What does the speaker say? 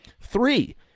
Three